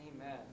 Amen